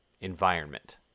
environment